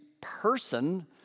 person